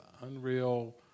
unreal